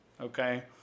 Okay